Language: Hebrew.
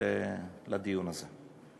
לדיון הזה: